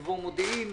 ובמבוא מודיעין,